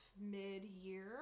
mid-year